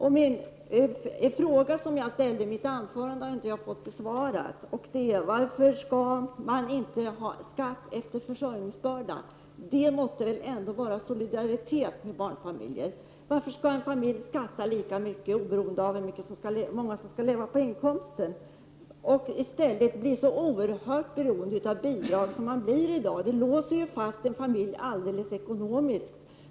Jag ställde en fråga: Varför skall man inte betala skatt efter försörjningsbörda? Det skulle i alla fall innebära solidaritet när det gäller barnfamiljer. Varför skall barnfamiljer beskattas lika mycket oberoende av hur många som skall leva på inkomsten och dessutom bli så oerhört beroende av bidrag som fallet är i dag. En familj låses ju helt ekonomiskt.